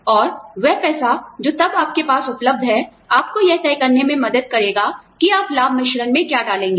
और वह पैसा जो तब आपके पास उपलब्ध है आपको यह तय करने में मदद करेगा कि आप लाभ मिश्रण में क्या डालेंगे